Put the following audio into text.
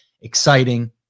exciting